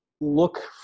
look